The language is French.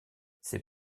c’est